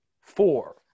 Four